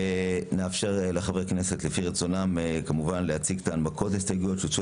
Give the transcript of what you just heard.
נאפשר לחברי הכנסת לפי רצונם להציג את ההנמקות וההסתייגויות שהוגשו